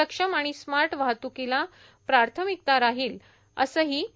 सक्षम आणि स्मार्ट वाहत्रकीला प्राथमिकता राहील असंही डॉ